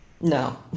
No